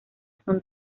son